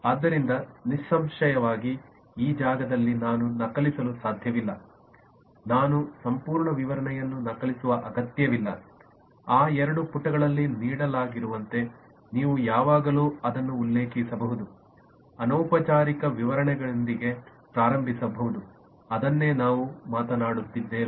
ಆದ್ದರಿಂದ ನಿಸ್ಸಂಶಯವಾಗಿ ಈ ಜಾಗದಲ್ಲಿ ನಾನು ನಕಲಿಸಲು ಸಾಧ್ಯವಿಲ್ಲ ನಾನು ಸಂಪೂರ್ಣ ವಿವರಣೆಯನ್ನು ನಕಲಿಸುವ ಅಗತ್ಯವಿಲ್ಲ ಆ ಎರಡು ಪುಟಗಳಲ್ಲಿ ನೀಡಲಾಗಿರುವಂತೆ ನೀವು ಯಾವಾಗಲೂ ಅದನ್ನು ಉಲ್ಲೇಖಿಸಬಹುದು ಅನೌಪಚಾರಿಕ ವಿವರಣೆಯೊಂದಿಗೆ ಪ್ರಾರಂಭಿಸಬಹುದು ಅದನ್ನೇ ನಾವು ಮಾತನಾಡುತ್ತಿದ್ದೇವೆ